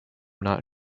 not